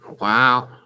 Wow